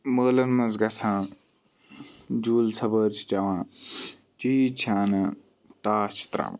مٲلَن مَنٛز گَژھان جوٗلہٕ سَوٲر چھِ چیٚوان چیٖز چھِ اَنان ٹاس چھِ تراوان